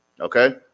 Okay